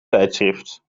tijdschrift